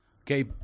Okay